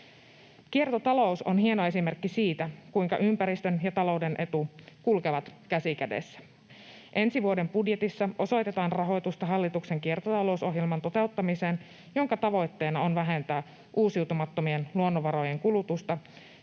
Kiertotalous on hieno esimerkki siitä, kuinka ympäristön ja talouden etu kulkevat käsi kädessä. Ensi vuoden budjetissa osoitetaan rahoitusta hallituksen kiertotalousohjelmaan, jonka tavoitteena on vähentää uusiutumattomien luonnonvarojen kulutusta